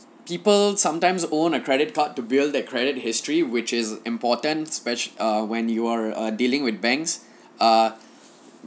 people sometimes own a credit card to build their credit history which is important spe~ err when you are uh dealing with banks uh